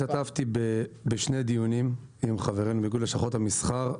השתתפתי בשני דיונים עם חברינו מאיגוד לשכות המסחר.